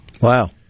Wow